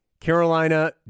Carolina